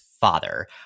father